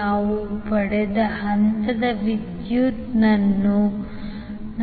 ನಾವು ಪಡೆದ ಹಂತದ ವಿದ್ಯುತ್ನ್ನು